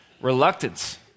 reluctance